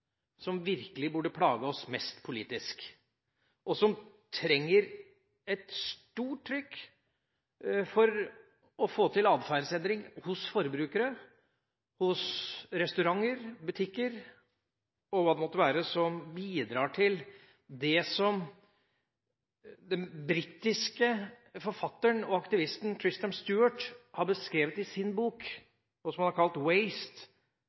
som virkelig burde plage oss mest politisk, og som trenger et stort trykk for å få til atferdsendring hos forbrukere, hos restauranter, butikker og hva det måtte være, som bidrar til det som den britiske forfatteren og aktivisten Tristram Stuart har beskrevet i sin bok, og som han har kalt